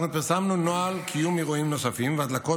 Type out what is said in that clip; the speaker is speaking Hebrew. אנחנו פרסמנו נוהל קיום אירועים נוספים והדלקות